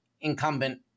incumbent